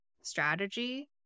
strategy